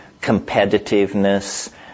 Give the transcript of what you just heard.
competitiveness